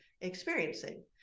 experiencing